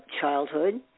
childhood